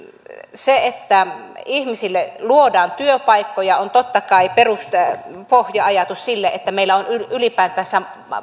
se että ihmisille luodaan työpaikkoja on totta kai pohja ajatus sille että meillä on ylipäätänsä